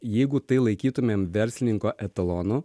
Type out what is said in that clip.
jeigu tai laikytumėm verslininko etalonu